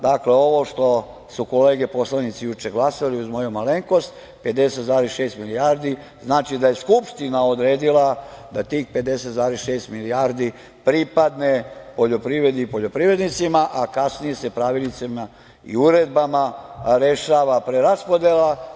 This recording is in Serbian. Dakle, ovo što su kolege poslanici juče glasali, uz moju malenkost, 50,6 milijardi, znači da je Skupština odredila da tih 50,6 milijardi pripadne poljoprivredi i poljoprivrednicima, a kasnije se pravilnicima i uredbama rešava preraspodela.